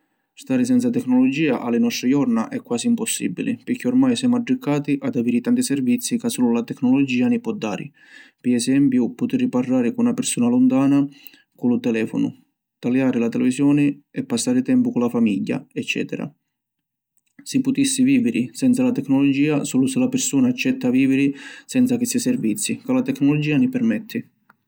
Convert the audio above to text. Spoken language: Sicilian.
Stari senza tecnologia a li nostri jorna è quasi impossibili pirchì ormai semu addiccati ad aviri tanti servizi ca sulu la tecnologia ni pò dari. Pi esempiu: putiri parrari cu na pirsuna luntana cu lu telefonu, taliari la televisioni e passari tempu cu la famigghia, eccetera. Si putissi viviri senza la tecnologia sulu si la pirsuna accetta viviri senza chissi servizi ca la tecnologia ni permetti.